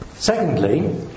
Secondly